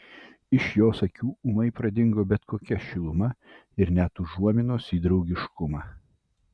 iš jos akių ūmai pradingo bet kokia šiluma ir net užuominos į draugiškumą